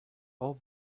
all